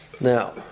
Now